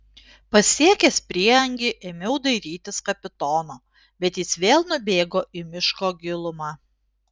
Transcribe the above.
pasiekęs prieangį ėmiau dairytis kapitono bet jis vėl nubėgo į miško gilumą